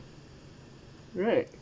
right